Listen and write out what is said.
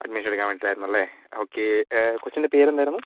admission എടുക്കാൻ വേണ്ടിയിട്ടായിരുന്നു അല്ലേ ഓക്കേ കൊച്ചിൻ്റെ പേരെന്താരുന്നു